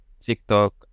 TikTok